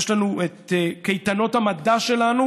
יש לנו קייטנות המדע שלנו.